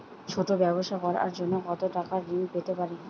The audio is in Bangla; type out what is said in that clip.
ছোট ব্যাবসা করার জন্য কতো টাকা ঋন পেতে পারি?